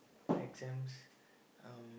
exams um